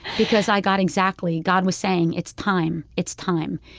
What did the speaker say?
because i got exactly god was saying, it's time. it's time.